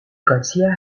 garcia